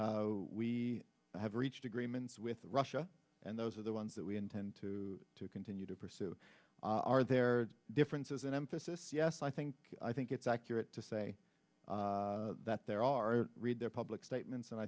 and we have reached agreements with russia and those are the ones that we intend to continue to pursue are there differences in emphasis yes i think i think it's accurate to say that there are read their public statements and i